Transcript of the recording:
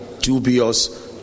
dubious